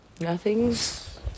Nothing's